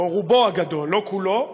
או רובו הגדול, לא כולו,